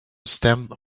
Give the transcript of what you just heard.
stemmed